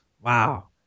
Wow